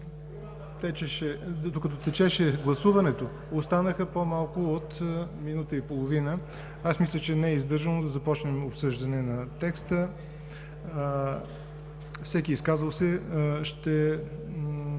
докато течеше гласуването, останаха по-малко от минута и половина. Мисля, че не е издържано да започнем обсъждане на текста. Всеки изказал се ще